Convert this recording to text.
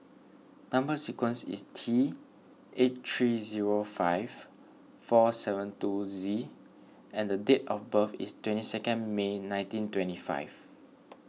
Number Sequence is T eight three zero five four seven two Z and date of birth is twenty second May nineteen twenty five